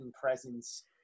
presence –